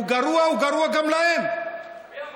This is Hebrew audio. הוא גרוע, הוא גרוע גם להם, מי אמר?